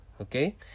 okay